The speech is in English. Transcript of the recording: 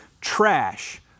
trash